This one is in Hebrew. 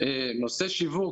נושא שיווק,